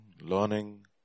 learning